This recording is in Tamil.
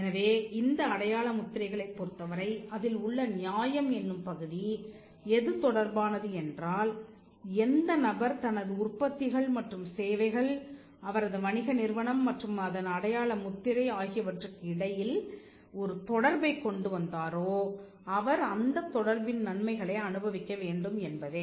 எனவே இந்த அடையாள முத்திரைகளைப் பொருத்தவரை அதில் உள்ள நியாயம் என்னும் பகுதி எது தொடர்பானது என்றால் எந்த நபர் தனது உற்பத்திகள் மற்றும் சேவைகள் அவரது வணிக நிறுவனம் மற்றும் அதன் அடையாள முத்திரை ஆகியவற்றுக்கு இடையில் ஒரு தொடர்பைக் கொண்டு வந்தாரோ அவர் அந்தத் தொடர்பின் நன்மைகளை அனுபவிக்க வேண்டும் என்பதே